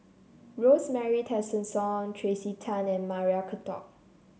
Rosemary Tessensohn Tracey Tan and Maria Hertogh